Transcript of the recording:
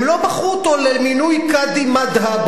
הם לא בחרו אותו למינוי קאדים מד'הב